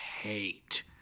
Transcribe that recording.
hate